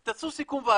אז תעשו סיכום ועדה.